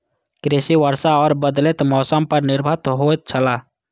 कृषि वर्षा और बदलेत मौसम पर निर्भर होयत छला